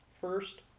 First